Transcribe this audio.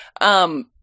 Um-